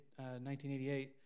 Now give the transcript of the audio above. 1988